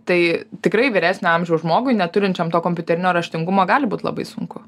tai tikrai vyresnio amžiaus žmogui neturinčiam to kompiuterinio raštingumo gali būt labai sunku